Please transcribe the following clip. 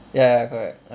ya correct